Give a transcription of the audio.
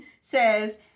says